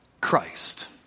Christ